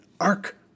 ARK